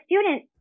student